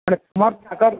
মানে তোমার টাকার